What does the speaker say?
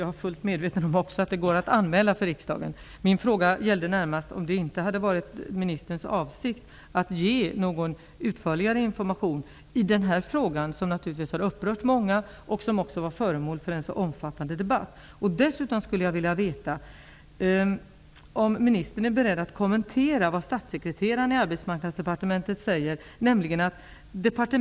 I länsarbetsnämndens prognos spås att antalet arbetslösa kommer att vara 94 000 personer om ett år, alltså i september 1994. Det som också utmärker Stockholms län, förutom den höga arbetslösheten, är det stora antalet varsel inom tjänstesektorn. Tre av fyra varsel kommer från tjänstesektorn, var tionde från tillverkningsindustrin.